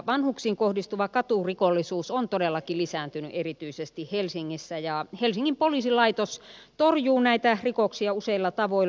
vanhuksiin kohdistuva katurikollisuus on todellakin lisääntynyt erityisesti helsingissä ja helsingin poliisilaitos torjuu näitä rikoksia useilla tavoilla